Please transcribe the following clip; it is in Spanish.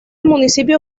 municipio